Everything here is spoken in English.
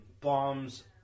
Bombs